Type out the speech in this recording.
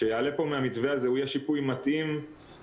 שימו לב שחלק מהילדים המשולבים צברו פערים מאוד גדולים בתקופה